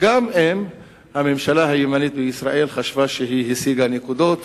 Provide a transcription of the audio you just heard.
גם אם הממשלה הימנית בישראל חשבה שהיא השיגה נקודות